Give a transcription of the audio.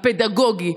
הפדגוגי,